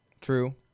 True